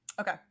Okay